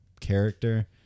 character